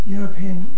European